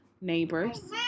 neighbors